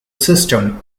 system